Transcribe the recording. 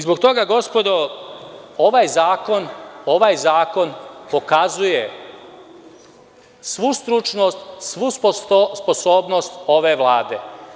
Zbog toga, gospodo, ovaj zakon pokazuje svu stručnost, svu sposobnost ove Vlade.